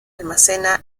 almacena